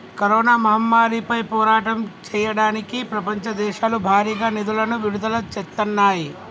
corona మహమ్మారిపై పోరాటం చెయ్యడానికి ప్రపంచ దేశాలు భారీగా నిధులను విడుదల చేత్తన్నాయి